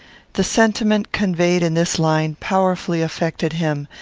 the sentiment conveyed in this line powerfully affected him,